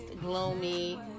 gloomy